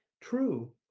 True